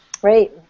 Great